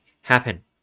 happen